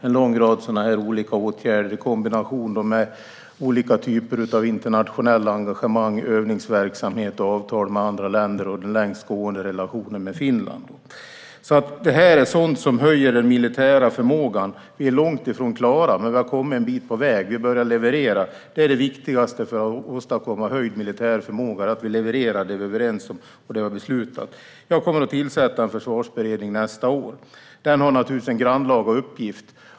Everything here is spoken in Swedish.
Det handlar om en lång rad olika sådana åtgärder i kombination med olika typer av internationella engagemang, övningsverksamhet och avtal med andra länder och den längst gående relationen med Finland. Det här är sådant som höjer den militära förmågan. Vi är långt ifrån klara, men vi har kommit en bit på väg. Vi börjar leverera. Det viktigaste för att åstadkomma höjd militär förmåga är att vi levererar det vi är överens om och har beslutat. Jag kommer att tillsätta en försvarsberedning nästa år. Den har naturligtvis en grannlaga uppgift.